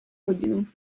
hodinu